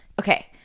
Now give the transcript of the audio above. Okay